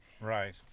Right